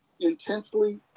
intensely